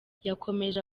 yakomeje